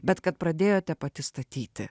bet kad pradėjote pati statyti